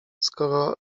skoro